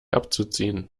abzuziehen